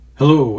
hello